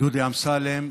דודי אמסלם,